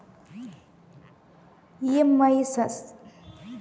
EMI ಸಂಧಿಸ್ತ ಗಳ ಬಗ್ಗೆ ನಮಗೆ ಸ್ವಲ್ಪ ವಿಸ್ತರಿಸಿ ಹೇಳಿ